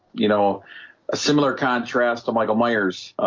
you know a similar contrast to michael myers